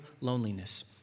loneliness